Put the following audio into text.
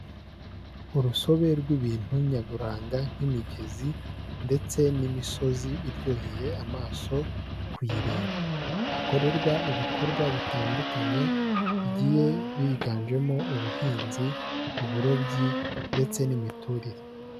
Urusobe rw'ibintu nyaburanga nk'imigezi ndetse n'imisozi iryoheye amaso kuyireba, hakorerwa ibikorwa bitandukanye bigiye biganjemo ubuhinzi, uburobyi ndetse n'imiturire.